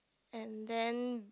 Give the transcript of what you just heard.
and then